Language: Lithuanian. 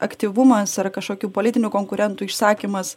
aktyvumas ar kažkokių politinių konkurentų išsakymas